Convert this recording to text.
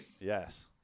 Yes